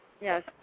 Yes